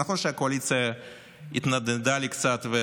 זה נכון שהקואליציה התנדנדה לי קצת ורצתה